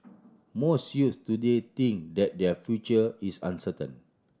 most youths today think that their future is uncertain